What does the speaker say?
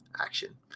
action